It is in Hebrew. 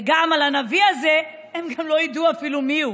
וגם על הנביא הזה, הם גם לא ידעו אפילו מיהו.